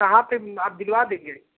कहाँ पर आप भिजवा देंगे